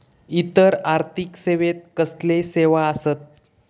इतर आर्थिक सेवेत कसले सेवा आसत?